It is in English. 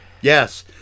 Yes